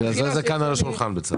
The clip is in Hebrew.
בגלל זה כאן על השולחן, בצלאל.